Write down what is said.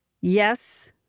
yes